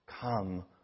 Come